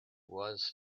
was